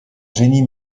génie